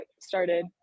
started